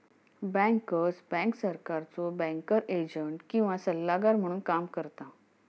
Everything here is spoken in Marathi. बँकर्स बँक सरकारचो बँकर एजंट किंवा सल्लागार म्हणून काम करता